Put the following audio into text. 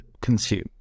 consume